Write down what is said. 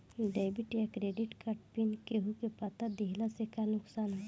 Debit या credit card PIN केहूके बता दिहला से का नुकसान ह?